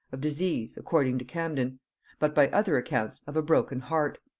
of disease, according to camden but, by other accounts, of a broken heart.